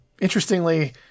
Interestingly